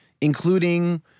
Including